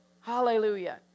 Hallelujah